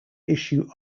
issue